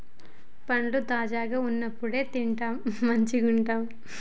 పండ్లు తాజాగా వున్నప్పుడే తింటే మంచిగుంటయ్